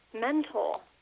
mental